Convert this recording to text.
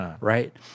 right